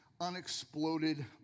unexploded